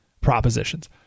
propositions